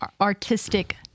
artistic